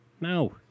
No